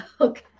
okay